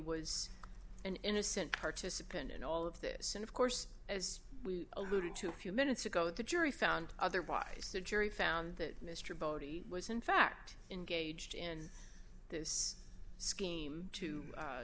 was an innocent participant in all of this and of course as we alluded to a few minutes ago the jury found otherwise the jury found that mr bodie was in fact engaged in this scheme to